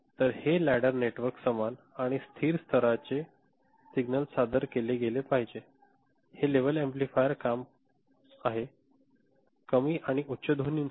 तर हे लॅडर नेटवर्कला समान आणि स्थिर स्तराचे सिग्नल सादर केले गेले पाहिजे हे लेव्हल एम्प्लिफायरचे काम आहे कमी आणि उच्च दोन्हीसाठी